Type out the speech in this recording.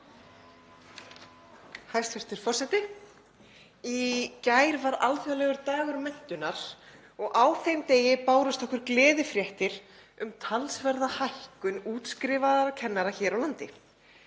Hæstv. forseti. Í gær var alþjóðlegur dagur menntunar og á þeim degi bárust okkur gleðifréttir um talsverða fjölgun útskrifaðra kennara hér á landi.